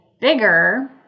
bigger